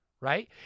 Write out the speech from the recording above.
right